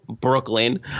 brooklyn